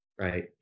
Right